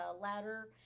ladder